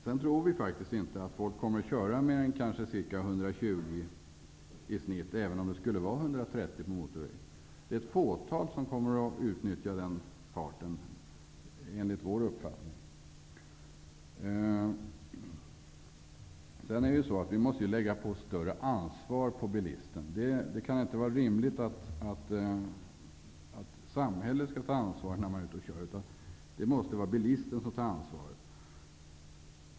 Vi tror faktiskt inte att folk kommer att köra mer än ca 120 i genomsnitt, även om det skulle tillåtas 130 km/tim. på motorväg. Enligt vår uppfattning kommer ett fåtal att utnyttja möjligheten att köra i högsta tillåtna fart. Vi måste lägga större ansvar på bilisten. Det kan inte vara rimligt att samhället skall ta ansvaret när man är ute och kör, utan det måste vara bilisten som tar ansvar.